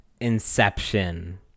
inception